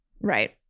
Right